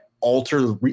alter